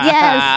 Yes